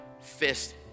fist